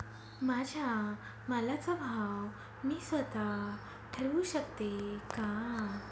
माझ्या मालाचा भाव मी स्वत: ठरवू शकते का?